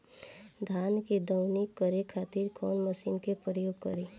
धान के दवनी करे खातिर कवन मशीन के प्रयोग करी?